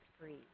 free